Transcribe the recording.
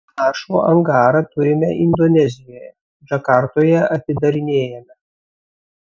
panašų angarą turime indonezijoje džakartoje atidarinėjame